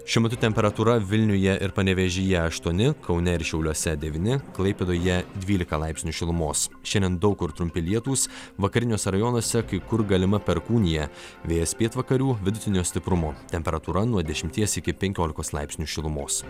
šiuo metu temperatūra vilniuje ir panevėžyje sštuoni kaune ir šiauliuose devyni klaipėdoje dvylika laipsnių šilumos šiandien daug kur trumpi lietūs vakariniuose rajonuose kai kur galima perkūnija vėjas pietvakarių vidutinio stiprumo temperatūra nuo dešimties iki penkiolikos laipsnių šilumos